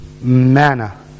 manna